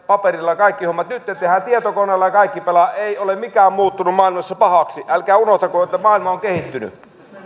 paperilla kaikki hommat nyt ne tehdään tietokoneella ja kaikki pelaa ei ole mikään muuttunut maailmassa pahaksi älkää unohtako että maailma on kehittynyt